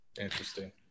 Interesting